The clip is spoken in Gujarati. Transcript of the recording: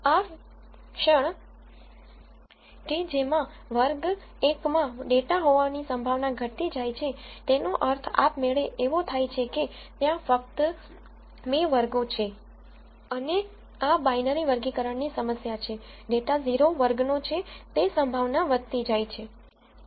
આ ક્ષણ કે જેમાંવર્ગ 1 માં ડેટા હોવાની સંભાવના ઘટતી જાય છે તેનો અર્થ આપમેળે એવો થાય છે કે ત્યાં ફક્ત 2 વર્ગો છે અને આ બાઈનરી વર્ગીકરણની સમસ્યા છે ડેટા 0 વર્ગનો છે તે સંભાવના વધતી જાય છે